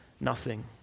nothing